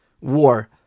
war